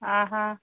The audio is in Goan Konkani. आं हां